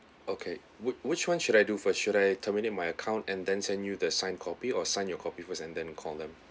okay which which one should I do first should I terminate my account and then send you the signed copy or sign your copy first and then call them